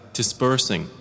dispersing